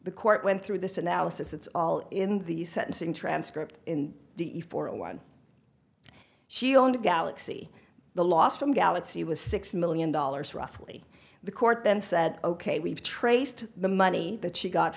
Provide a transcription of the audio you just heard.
the court went through this analysis it's all in the sentencing transcript in for a one she owned a galaxy the loss from galaxy was six million dollars roughly the court then said ok we've traced the money that she got